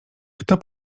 kto